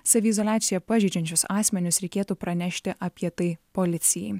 saviizoliaciją pažeidžiančius asmenis reikėtų pranešti apie tai policijai